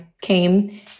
came